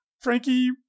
Frankie